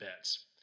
bets